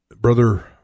brother